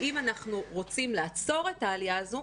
ואם אנחנו רוצים לעצור את העלייה הזו,